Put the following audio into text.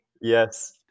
Yes